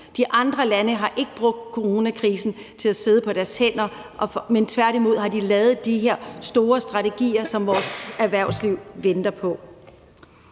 de andre lande har ikke brugt coronakrisen til at sidde på deres hænder, men har tværtimod lavet de her store strategier, som vores erhvervsliv venter på,